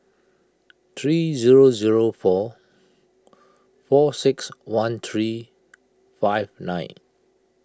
three zero zero four four six one three five nine